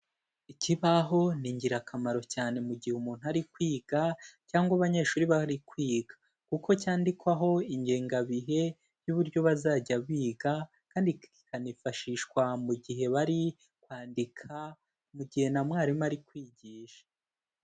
Ikibaho ni ingirakamaro cyane mu gihe umuntu ari kwiga cyangwa abanyeshuri bari kwiga, kuko cyandikwaho ingengabihe y'uburyo bazajya biga kandi kikanifashishwa mu gihe bari kwandika, mu gihe na mwarimu ari kwigisha.